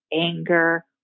anger